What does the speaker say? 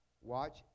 Watch